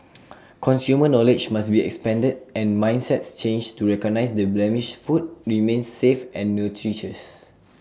consumer knowledge must be expanded and mindsets changed to recognise that blemished food remains safe and nutritious